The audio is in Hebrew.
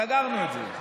סגרנו את זה.